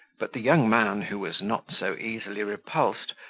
but the young man, who was not so easily repulsed,